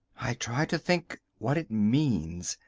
i try to think what it means.